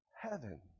heaven